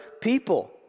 people